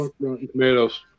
Tomatoes